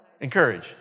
Encourage